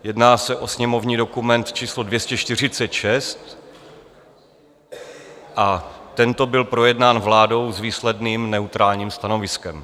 Jedná se o sněmovní dokument číslo 246 a tento byl projednán vládou s výsledným neutrálním stanoviskem.